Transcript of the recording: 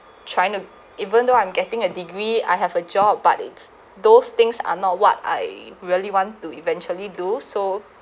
trying to even though I'm getting a degree I have a job but it's those things are not what I really want to eventually do so